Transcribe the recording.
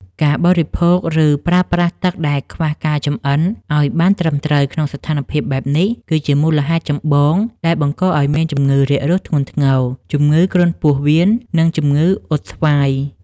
ការបរិភោគ ឬប្រើប្រាស់ទឹកដែលខ្វះការចម្អិនឱ្យបានត្រឹមត្រូវក្នុងស្ថានភាពបែបនេះ គឺជាមូលហេតុចម្បងដែលបង្កឱ្យមានជំងឺរាករូសធ្ងន់ធ្ងរ ជំងឺគ្រុនពោះវៀន និងជំងឺអុតស្វាយ។